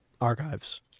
archives